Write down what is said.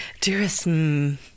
dearest